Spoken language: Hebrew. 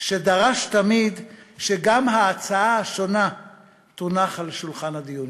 שדרש תמיד שגם ההצעה השונה תונח על שולחן הדיונים,